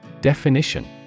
Definition